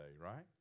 right